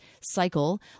cycle